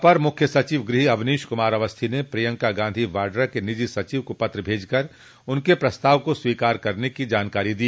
अपर मुख्य सचिव गृह अवनीश कुमार अवस्थी ने प्रियंका गांधी वाड्रा के निजी सचिव को पत्र भेजकर उनके प्रस्ताव को स्वीकार करने की जानकारी दी